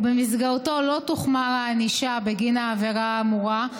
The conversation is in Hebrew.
ובמסגרתו לא תוחמר הענישה בגין העבירה האמורה,